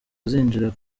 azinjira